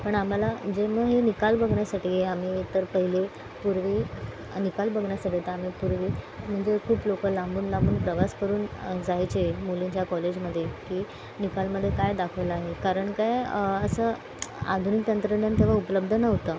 पण आम्हाला जेव्हा हे निकाल बघण्यासाठी आम्ही तर पहिले पूर्वी निकाल बघण्या सगळे तर आम्ही पूर्वी म्हणजे खूप लोक लांबून लांबून प्रवास करून जायचे मुलींच्या कॉलेजमध्ये की निकालामध्ये काय दाखवलं आहे कारण काय असं आधुनिक तंत्रज्ञान तेव्हा उपलब्ध नव्हतं